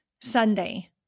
Sunday